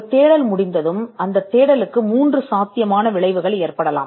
ஒரு தேடல் முடிந்ததும் அவை அந்த தேடலுக்கு 3 சாத்தியமான விளைவுகளாக இருக்கலாம்